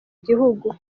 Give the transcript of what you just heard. gihugu